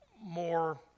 more